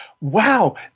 Wow